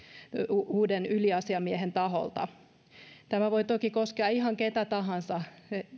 uuden yliasiamiehen taholta tämä voi toki koskea ihan ketä tahansa